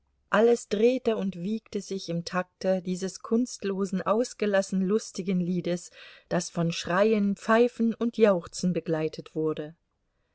alles drehte und wiegte sich im takte dieses kunstlosen ausgelassen lustigen liedes das von schreien pfeifen und jauchzen begleitet wurde